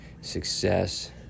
success